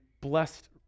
blessed